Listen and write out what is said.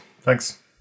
Thanks